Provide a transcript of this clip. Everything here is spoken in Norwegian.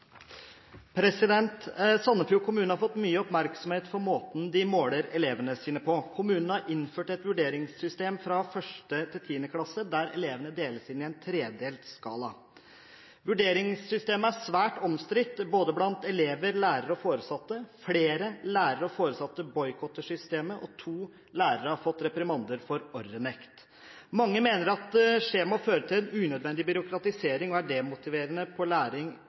klasse deles inn i en tredelt skala etter ferdigheter. Vurderingssystemet er svært omstridt blant elever, lærere og foresatte. Flere lærere og foresatte boikotter systemet, og to lærere har fått reprimander for «ordrenekt». Mange mener at skjemaene fører til en unødvendig byråkratisering, og at det virker demotiverende på